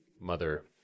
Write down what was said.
mother